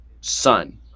son